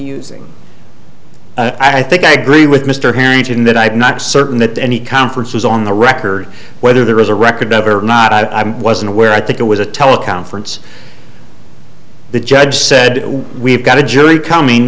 using i think i agree with mr harrington that i'm not certain that any conference was on the record whether there is a record of or not i wasn't aware i think it was a teleconference the judge said we've got a jury coming